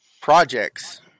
projects